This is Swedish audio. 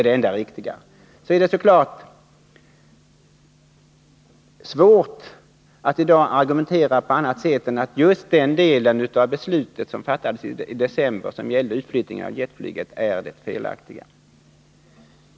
Det är då självfallet svårt att i dag argumentera på annat sätt än så, att den del av beslutet från december som gällde utflyttningen av jetflyget är det felaktiga.